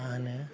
मा होनो